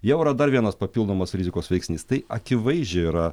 jau yra dar vienas papildomas rizikos veiksnys tai akivaizdžiai yra